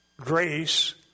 grace